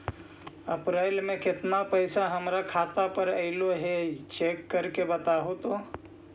अप्रैल में केतना पैसा हमर खाता पर अएलो है चेक कर के बताहू तो?